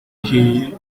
ihiye